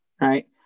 right